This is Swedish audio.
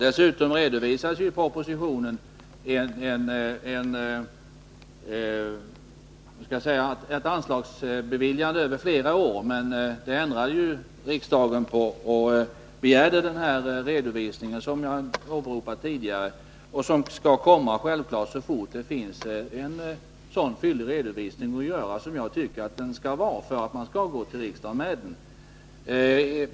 Dessutom redovisades i propositionen ett anslagsbeviljande över flera år, men det ändrade riksdagen och begärde den redovisning som jag tidigare åberopat och som skall göras så snart den kan bli så fyllig som jag tycker att den skall vara för att man skall gå till riksdagen med den.